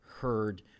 heard